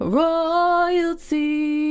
royalty